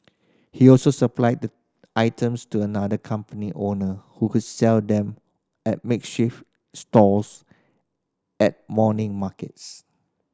he also supplied the items to another company owner who would sell them at makeshift stalls at morning markets